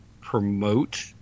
promote